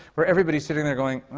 where everybody's sitting there going,